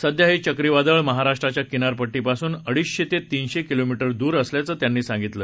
सध्या हे चक्रीवादळ महाराष्ट्राच्या किनारपट्टीपासून अडीचशे ते तीनशे किलोमीटर दूर असल्याचं त्यांनी सांगितलं